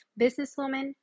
businesswoman